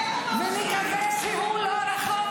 ולמען כולנו נקווה שהוא לא רחוק,